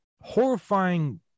Horrifying